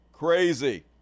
crazy